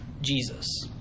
Jesus